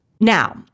Now